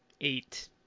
eight